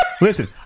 Listen